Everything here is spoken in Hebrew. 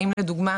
האם, לדוגמה,